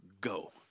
go